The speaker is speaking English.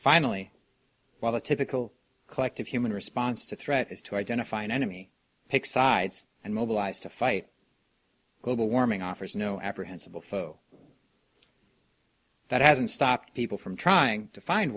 finally while the typical collective human response to threat is to identify an enemy take sides and mobilize to fight global warming offers no apprehensive that hasn't stopped people from trying to find